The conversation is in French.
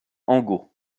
angot